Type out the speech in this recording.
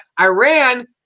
Iran